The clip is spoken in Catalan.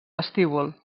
vestíbul